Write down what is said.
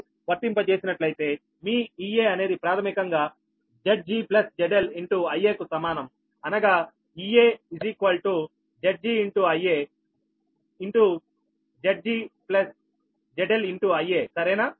L వర్తింప చేసినట్లయితే మీ Ea అనేది ప్రాథమికంగా Zg ZL Ia కు సమానంఅనగా Ea Zg Ia Zg ZL Ia సరేనా